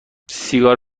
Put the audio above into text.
سیگار